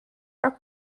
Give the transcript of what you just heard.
are